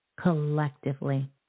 collectively